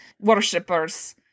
worshippers